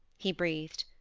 he breathed.